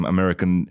American